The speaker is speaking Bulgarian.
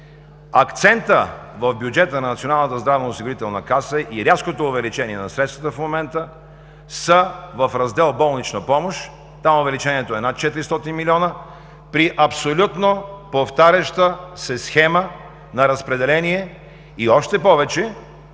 Акцентът в бюджета на Националната здравноосигурителна каса и рязкото увеличение на средствата в момента са в раздел „Болнична помощ“. Там увеличението е над 400 милиона при абсолютно повтаряща се схема на разпределение и още повече